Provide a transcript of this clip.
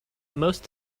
most